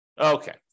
Okay